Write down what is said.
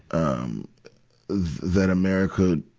um that america,